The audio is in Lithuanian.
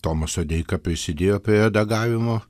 tomas sodeika prisidėjo prie redagavimo